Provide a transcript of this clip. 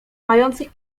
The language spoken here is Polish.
mających